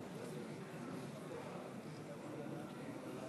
תודה רבה למזכירות